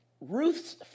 Ruth's